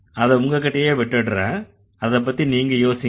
அதை உங்ககிட்டயே விட்டுடறேன் அதைப்பத்தி நீங்க யோசிங்க